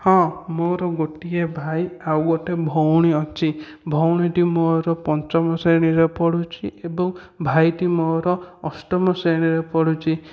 ହଁ ମୋର ଗୋଟିଏ ଭାଇ ଆଉ ଗୋଟିଏ ଭଉଣୀ ଅଛି ଭଉଣୀଟି ମୋର ପଞ୍ଚମ ଶ୍ରେଣୀରେ ପଢ଼ୁଛି ଏବଂ ଭାଇଟି ମୋର ଅଷ୍ଟମ ଶ୍ରେଣୀରେ ପଢ଼ୁଛି